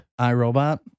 iRobot